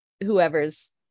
whoever's